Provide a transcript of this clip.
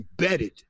embedded